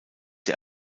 der